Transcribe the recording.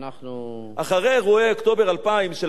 אחרי אירועי אוקטובר 2000 של אריאל שרון,